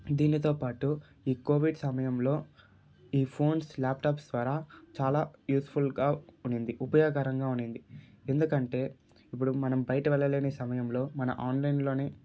దీనితో పాటు ఈ కోవిడ్ సమయంలో ఈ ఫోన్స్ ల్యాప్టాప్స్ ద్వారా చాలా యూస్ఫుల్గా ఉన్నింది ఉపయోగకరంగా ఉన్నింది ఎందుకంటే ఇప్పుడు మనం బయట వెళ్లలేని సమయంలో మన ఆన్లైన్లోనే